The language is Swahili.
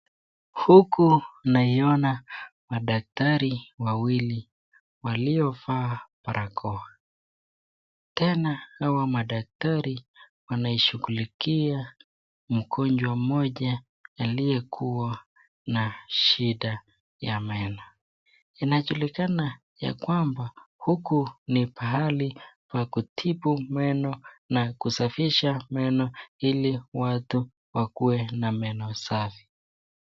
Huku naiona madaktari wawili waliovaa barakoa, tena hawa madaktari wanaishugulikia mgonjwa moja aliyekuwa na shida ya meno. Inajulikana ya kwamba, huku ni pahali pakutibu meno na kusafisha meno ili watu wakuwe na meno safi.